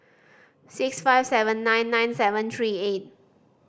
six five seven nine nine seven three eight